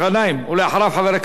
חבר הכנסת יעקב כץ,